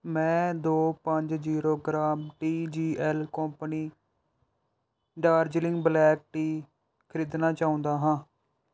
ਮੈਂ ਦੋ ਪੰਜ zero gram T G L company Darjeeling black tea ਖ਼ਰੀਦਣਾ ਚਾਹੁੰਦਾ ਹਾਂ